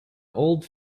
old